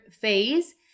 phase